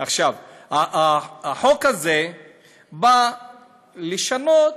עכשיו, החוק הזה בא לשנות